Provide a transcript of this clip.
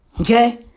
Okay